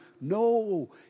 No